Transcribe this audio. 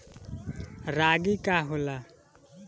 रागी का होला?